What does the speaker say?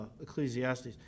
Ecclesiastes